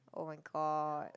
[oh]-my-god